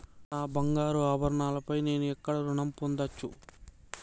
నా బంగారు ఆభరణాలపై నేను ఎక్కడ రుణం పొందచ్చు?